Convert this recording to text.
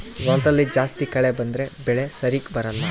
ಹೊಲದಲ್ಲಿ ಜಾಸ್ತಿ ಕಳೆ ಬಂದ್ರೆ ಬೆಳೆ ಸರಿಗ ಬರಲ್ಲ